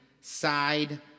side